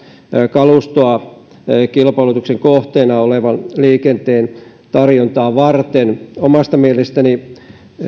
kalustoa kilpailutuksen kohteena olevan liikenteen tarjontaa varten omasta mielestäni